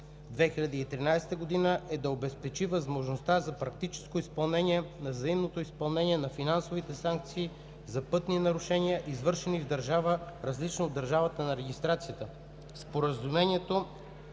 2013 г., е да обезпечи възможността за практическото изпълнение на взаимното изпълнение на финансовите санкции за пътни нарушения, извършени в държава, различна от държавата на регистрацията.